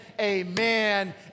amen